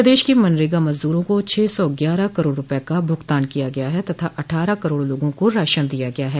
प्रदेश के मनरेगा मजदूरों को छह सौ ग्यारह करोड़ रूपये का भूगतान किया गया है तथा अट्ठारह करोड़ लोगों को राशन दिया गया है